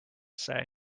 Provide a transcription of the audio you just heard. say